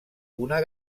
una